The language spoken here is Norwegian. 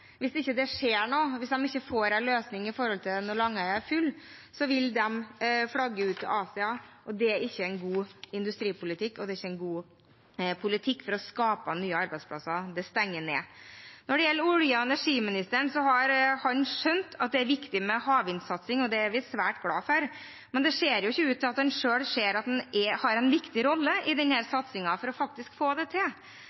Hvis det ikke skjer noe, hvis de ikke får til en løsning når Langøya er full, vil de flagge ut til Asia. Det er ikke en god industripolitikk, og det å stenge ned er ikke en god politikk for å skape nye arbeidsplasser. Når det gjelder olje- og energiministeren, har han skjønt at det er viktig med havvindsatsing, og det er vi svært glad for. Men det ser ikke ut til at han selv ser at han har en viktig rolle i